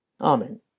Amen